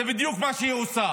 זה בדיוק מה שהיא עושה